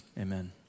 Amen